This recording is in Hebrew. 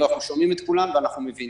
שומעים את כולם ואנחנו מבינים.